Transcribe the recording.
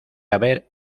haber